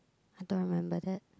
I don't remember that